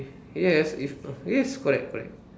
yes if yes correct correct